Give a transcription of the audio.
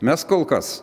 mes kol kas